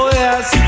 yes